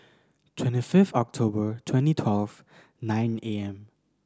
twenty fifth October twenty twelve nine